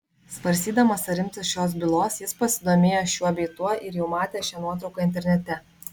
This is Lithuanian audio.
svarstydamas ar imtis šios bylos jis pasidomėjo šiuo bei tuo ir jau matė šią nuotrauką internete